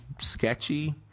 sketchy